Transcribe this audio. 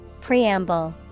Preamble